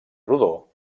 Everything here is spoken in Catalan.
rodó